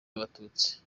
abatutsi